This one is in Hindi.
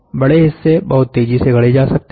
बड़े हिस्से बहुत तेजी से गढें जा सकते हैं